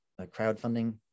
crowdfunding